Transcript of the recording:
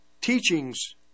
teachings